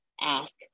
ask